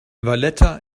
valletta